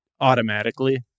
automatically